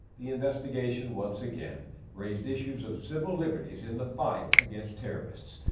the investigation once again raised issues of civil liberties in the fight against terrorists.